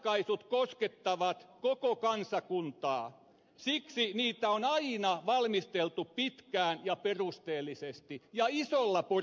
eläkeratkaisut koskettavat koko kansakuntaa siksi niitä on aina valmisteltu pitkään ja perusteellisesti ja isolla porukalla